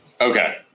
Okay